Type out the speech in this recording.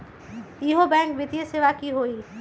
इहु बैंक वित्तीय सेवा की होई?